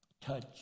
touch